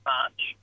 March